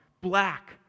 black